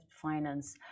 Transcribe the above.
finance